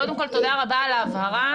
קודם כל תודה רבה על ההבהרה,